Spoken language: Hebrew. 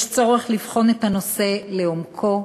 יש צורך לבחון את הנושא לעומקו.